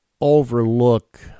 overlook